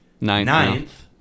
ninth